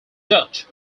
dutch